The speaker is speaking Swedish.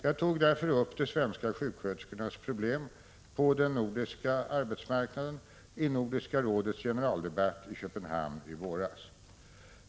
Jag tog därför upp de svenska sjuksköterskornas problem på den nordiska arbetsmarknaden i Nordiska rådets generaldebatt i Köpenhamn i våras.